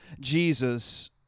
Jesus